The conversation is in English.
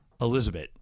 Elizabeth